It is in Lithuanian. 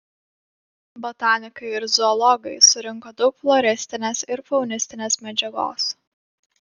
botanikai ir zoologai surinko daug floristinės ir faunistinės medžiagos